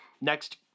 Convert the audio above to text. next